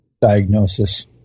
diagnosis